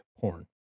porn